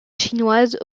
chinoise